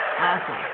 Awesome